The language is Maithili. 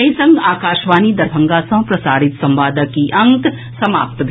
एहि संग आकाशवाणी दरभंगा सँ प्रसारित संवादक ई अंक समाप्त भेल